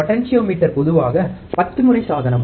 potentiometer பொதுவாக 10 முறை சாதனம்